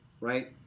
right